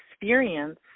experience